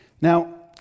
Now